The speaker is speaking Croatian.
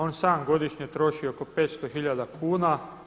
On sam godišnje troši oko 500 hiljada kuna.